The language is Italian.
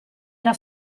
era